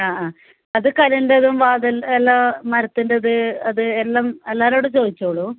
ആ ആ അത് കല്ലിൻ്റേതും വാതിൽ എല്ലാം മരത്തിൻ്റേത് അത് എല്ലാം എല്ലാവരോടും ചോദിച്ചോളൂ